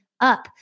up